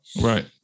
Right